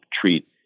treat